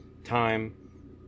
time